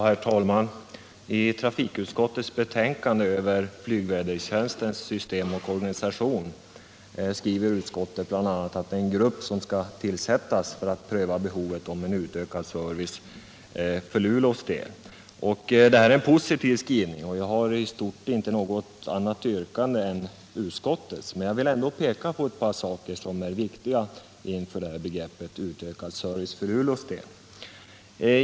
Herr talman! I trafikutskottets betänkande över flygvädertjänstens system och organisation skriver utskottet bl.a. att en grupp skall tillsättas för att pröva behovet av utökad service för Luleås del. Det är en positiv skrivning, och jag har inte något annat yrkande än utskottets, men jag — Nr 23 vill ändå peka på ett par saker som är viktiga i samband med begreppet ”utökad service för Luleås del”.